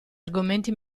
argomenti